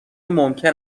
ممکن